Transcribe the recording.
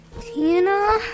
Tina